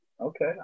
okay